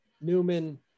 Newman